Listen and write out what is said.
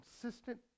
consistent